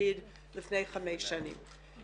לתפקיד לפני חמש שנים.